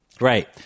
Right